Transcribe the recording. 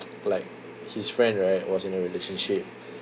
like his friend right was in a relationship